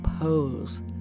pose